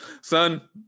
Son